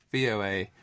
VOA